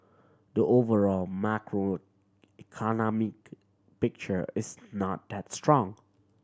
the overall macroeconomic picture is not that strong